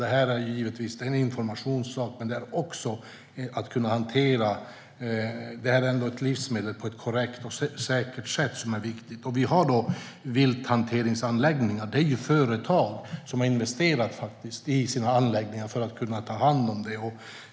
Det här är givetvis en informationssak, för det är viktigt att kunna hantera detta livsmedel på ett korrekt och säkert sätt. Vi har vilthanteringsanläggningar. Det är företag som har investerat i anläggningar för att kunna ta hand om detta.